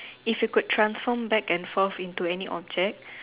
if you could transform back and forth into any object